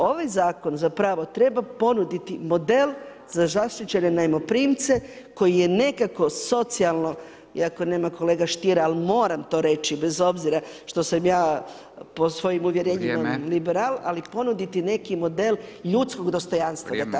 Ovaj zakon zapravo treba ponuditi model za zaštićene najmoprimce koji je nekako socijalno, iako nema kolege Stiera ali moram to reći bez obzira što sam ja po svojim uvjerenjima liberal, ali ponuditi neki model ljudskog dostojanstva da tako kažem.